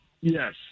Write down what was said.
Yes